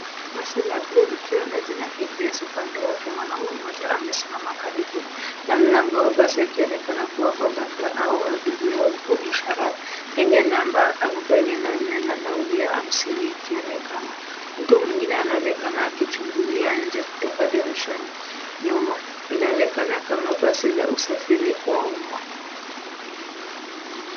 Basi la buluu likiwa na jina KPS upande wake. Mwanaume mmoja amesimama karibu na mlango wa basi akionekana kuwa conductor au abiria huku ishara yenye namba arubaini na nne na nauli ya hasmini ikionekana. Mtu mwingine anaonekana akichungulia nje kutoka dirishani nyuma. Inaonekana kama basi la usafiri wa umma.